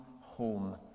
home